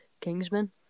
Kingsman